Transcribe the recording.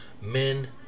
men